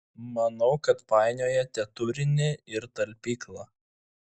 manau kad painiojate turinį ir talpyklą